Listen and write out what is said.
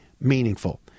meaningful